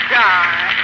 die